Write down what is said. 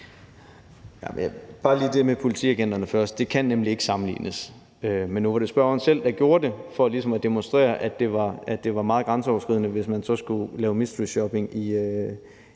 bare lige til det med politiagenter først. Det kan nemlig ikke sammenlignes, men nu var det spørgeren selv, der gjorde det for ligesom at demonstrere, at det var meget grænseoverskridende, hvis man så skulle lave mysteryshopping i